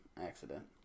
accident